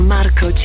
Marco